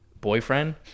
boyfriend